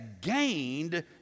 gained